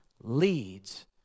leads